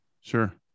Sure